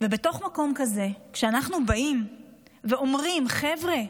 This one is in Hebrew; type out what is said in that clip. ובתוך מקום כזה אנחנו באים ואומרים, חבר'ה,